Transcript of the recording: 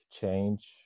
change